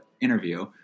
interview